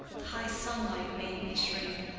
the high sunlight made me shrink.